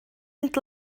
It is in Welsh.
mynd